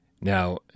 Now